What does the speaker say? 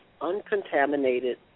uncontaminated